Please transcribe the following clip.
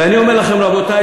ואני אומר לכם: רבותי,